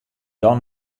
dan